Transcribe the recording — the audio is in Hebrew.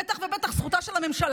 בטח ובטח זו זכותה של הממשלה,